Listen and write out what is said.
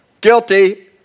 Guilty